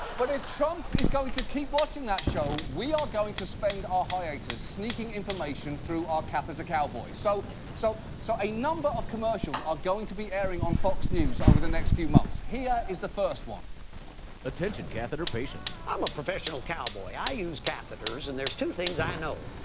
but, if trump is going to keep watching that show, we are going to spend our hiatus sneaking information through our catheter cowboy. so so so a number of commercials are going to be airing on fox news over the next few months. here is the first one. narrator attention catheter patients. i'm a professional cowboy. i use catheters and there's two things i know.